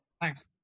Thanks